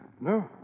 No